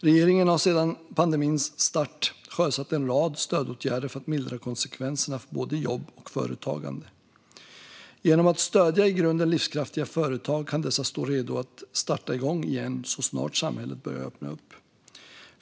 Regeringen har sedan pandemins start sjösatt en rad stödåtgärder för att mildra konsekvenserna för både jobb och företagande. Genom stöd till i grunden livskraftiga företag kan dessa stå redo att starta igång igen så snart samhället börjar öppna upp.